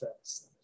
first